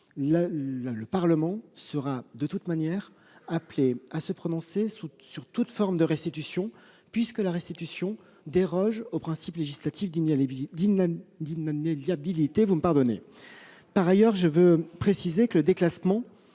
le Parlement sera de toute manière appelé à se prononcer sur toute forme de restitution, puisque la restitution déroge au principe législatif d'inaliénabilité des collections. Par ailleurs, le déclassement